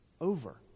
over